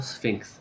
Sphinx